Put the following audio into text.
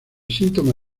síntoma